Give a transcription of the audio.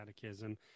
catechism